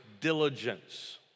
diligence